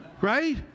right